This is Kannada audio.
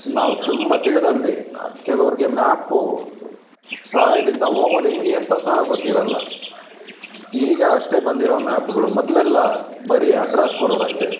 ನಾವು ತುಂಬ ತಿಳಿದಲ್ಲಿ ಕೆಲವ್ರಿಗೆ ಮ್ಯಾಪು ಸಹಾಯದಿಂದ ಹೋಗೋದೆಂಗೆ ಅಂತ ಸಹ ಗೊತ್ತಿರಲ್ಲ ಈಗ ಅಷ್ಟೇ ಬಂದಿರೋ ಮ್ಯಾಪ್ಗಳು ಮೊದಲೆಲ್ಲ ಬರೀ ಅಡ್ರೆಸ್ ಕೊಡೋರಷ್ಟೇ